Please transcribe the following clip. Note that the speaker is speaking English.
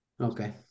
okay